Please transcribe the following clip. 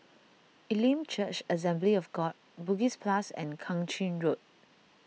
Elim Church Assembly of God Bugis Plus and Kang Ching Road